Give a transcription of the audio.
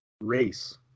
race